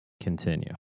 continue